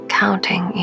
counting